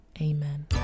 Amen